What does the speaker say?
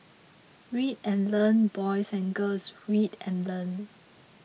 read and learn boys and girls read and learn